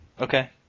Okay